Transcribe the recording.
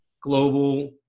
global